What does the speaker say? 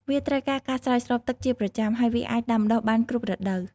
វាត្រូវការការស្រោចស្រពទឹកជាប្រចាំ ហើយវាអាចដាំដុះបានគ្រប់រដូវ។